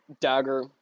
dagger